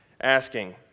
asking